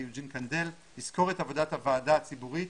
יוג'ין קנדל שיסקור את עבודת הוועדה הציבורית